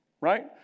right